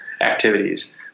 activities